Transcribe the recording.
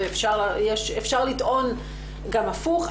ואפשר לטעון גם הפוך,